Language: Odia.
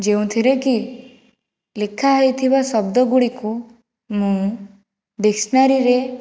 ଯେଉଁଥିରେକି ଲେଖା ହୋଇଥିବା ଶବ୍ଦ ଗୁଡ଼ିକୁ ମୁଁ ଡିକ୍ସନାରୀରେ